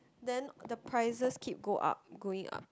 then the prices keep go up going up